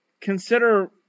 Consider